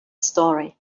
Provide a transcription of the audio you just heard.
story